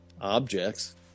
objects